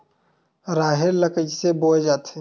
राहेर ल कइसे बोय जाथे?